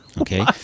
Okay